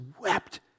wept